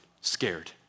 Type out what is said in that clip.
scared